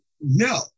No